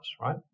right